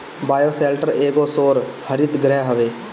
bioshelter एगो सौर हरितगृह हवे